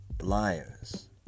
Liars